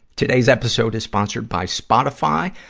today's episode is sponsored by spotify.